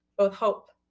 but hope.